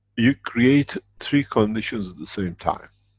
you create three conditions at the same time.